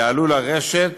יועלו לרשת